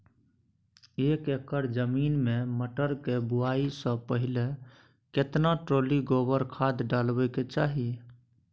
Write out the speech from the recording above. एक एकर जमीन में मटर के बुआई स पहिले केतना ट्रॉली गोबर खाद डालबै के चाही?